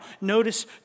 notice